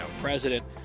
president